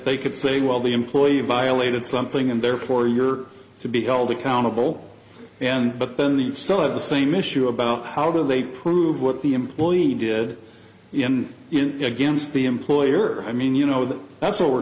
they could say well the employee violated something and therefore you're to be held accountable and but then still have the same issue about how do they prove what the employee did in against the employer i mean you know that that's what we're